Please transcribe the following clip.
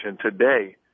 today